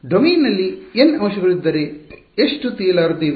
ಡೊಮೇನ್ನಲ್ಲಿ n ಅಂಶಗಳಿದ್ದರೆ ಎಷ್ಟು ಗೊತ್ತಿಲ್ಲದ್ದು ತಿಳಿಯಲಾರದ್ದು ಇವೆ